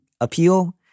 appeal